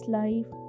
life